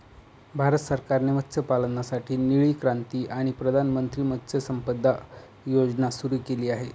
भारत सरकारने मत्स्यपालनासाठी निळी क्रांती आणि प्रधानमंत्री मत्स्य संपदा योजना सुरू केली आहे